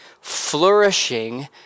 Flourishing